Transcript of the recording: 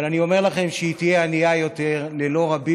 אבל אני אומר לכם שהיא תהיה ענייה יותר ללא רבים